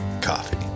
Coffee